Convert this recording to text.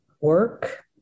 work